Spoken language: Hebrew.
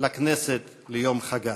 לכנסת ליום חגה.